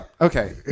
Okay